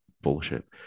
bullshit